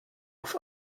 auf